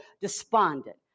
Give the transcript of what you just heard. despondent